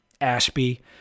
Ashby